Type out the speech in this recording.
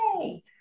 Yay